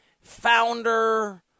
founder